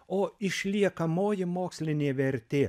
o išliekamoji mokslinė vertė